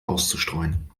auszustreuen